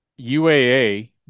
UAA